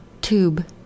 tube